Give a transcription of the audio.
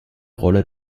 rolle